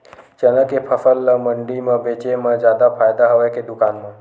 चना के फसल ल मंडी म बेचे म जादा फ़ायदा हवय के दुकान म?